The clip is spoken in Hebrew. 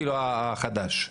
כאילו החדש.